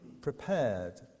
prepared